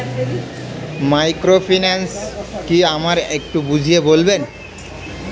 Microfinance কি আমায় একটু বুঝিয়ে বলবেন?